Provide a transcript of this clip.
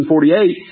1948